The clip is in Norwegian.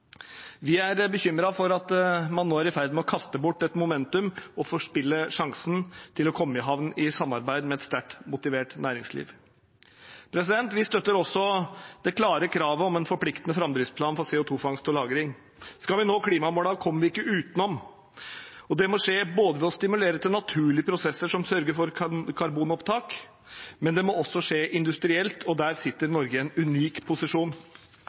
Vi er bekymret for at man nå er i ferd med å kaste bort et momentum og forspille sjansen til å komme i havn i samarbeid med et sterkt motivert næringsliv. Vi støtter også det klare kravet om en forpliktende framdriftsplan for CO2-fangst og -lagring. Skal vi nå klimamålene, kommer vi ikke utenom det. Det må skje ved å stimulere til naturlige prosesser som sørger for karbonopptak, men også industrielt, og der sitter Norge i en unik posisjon.